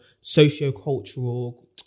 socio-cultural